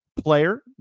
player